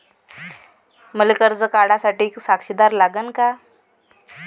मले कर्ज काढा साठी साक्षीदार लागन का?